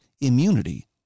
immunity